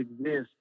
exist